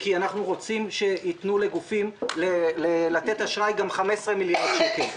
כי אנחנו רוצים שיתנו לגופים לתת אשראי גם בהיקף של 15 מיליארד שקל.